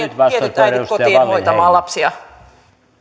äidit kotiin hoitamaan lapsia